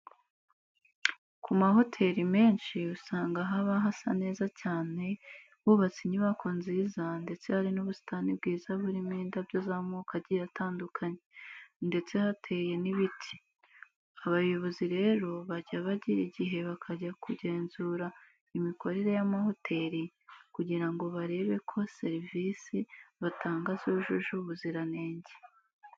Ku mahoteri menshi usanga haba hasa neza cyane, hubatse inyubako nziza ndetse hari n'ubusitani bwiza burimo indabyo z'amoko agiye atandukanye ndetse hateyemo n'ibiti. Abayobozi rero bajya bagira igihe bakajya kugenzura imikorere y'amahoteri kugira ngo barebe ko serivisi batanga zujuje ubuziranenge.